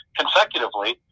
consecutively